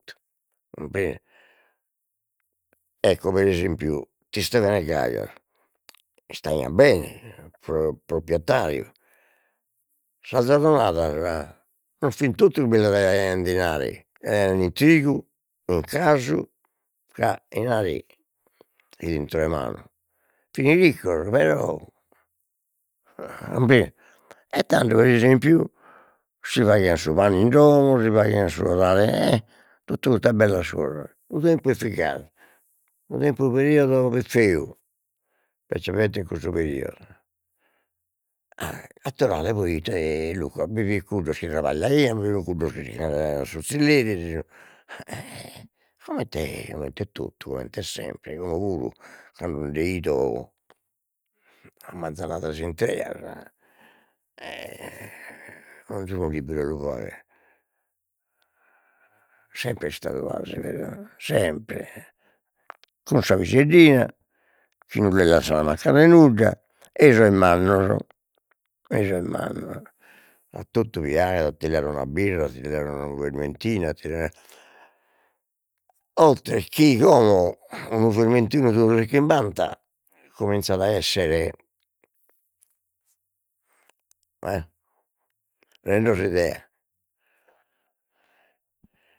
ecco pre esempiu tiu Istevene Gais istaiat bene pro- proprietariu, sas zorronadas non fin totu chi bi la daian in dinari, daian in trigu in casu, ca 'inari fit intro 'e manu, fin riccos però e e tando si faghian su pane in domo si faghian su 'odale totu custas bellas cosas, su tempus fit gasi su tempus su periodo fit feu, ispecialmente in custu periodo, a a torrare poi ite Luca bi fin cuddos chi trabagliaian, bi sun cuddos chi sicch'andaian a su zilleri si comente comente totu, comente sempre, como puru cando, nde 'ido a manzanadas intreas e donzunu chi bido lu faghet, sempre est istadu 'asi sempre, cun sa piseddina chi non li lassan mancare nudda, ei sos mannos, ei sos mannos a totu piaghet a ti leare una birra, a ti leare unu vermentinu, a ti oltre chi como unu vermentinu duos euros e chimbanta, cominzat a esser rendo s''idea